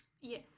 Yes